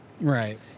Right